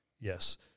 Yes